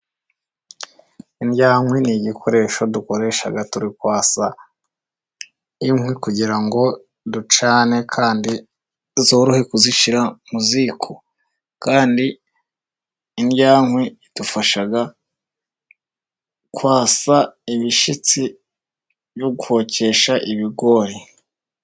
Indyankwi ni igikoresho dukoresha turi kwasa inkwi kugirango ducane kandi zorohe kuzishyirara mu ziko, kandi indyankwi idufasha kwasa ibishitsi byo kokesha ibigori.